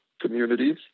communities